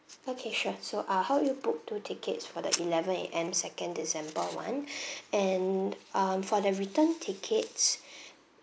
okay sure so I'll help you book two tickets for the eleven A_M second december [one] and um for the return tickets